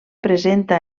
presenta